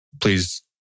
please